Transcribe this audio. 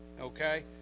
Okay